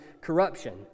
corruption